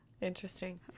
Interesting